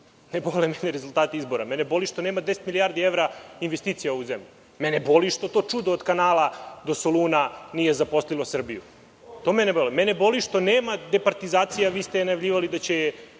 Ne bole me rezultati izbora. Mene boli što nema 10 milijardi evra investicija u ovu zemlju. Mene boli što to čudo od kanala do Soluna nije zaposlilo Srbiju. Mene boli što nema departizacije, a vi ste je najavljivali da će